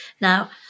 Now